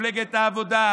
מפלגת העבודה,